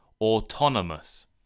Autonomous